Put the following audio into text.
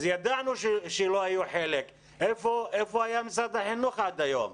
אז ידענו שלא היו חלק - איפה היה משרד החינוך עד היום?